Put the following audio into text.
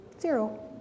Zero